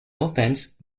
offense